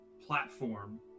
platform